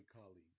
colleagues